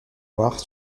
loire